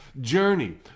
journey